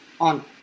on